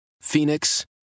Phoenix